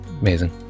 Amazing